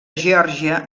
geòrgia